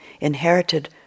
inherited